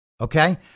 okay